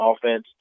offense